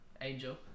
Angel